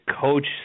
coach